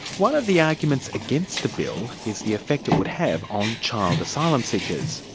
one of the arguments against the bill is the effect it would have on child asylum seekers,